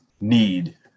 need